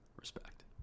Respect